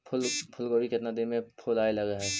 फुलगोभी केतना दिन में फुलाइ लग है?